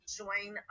join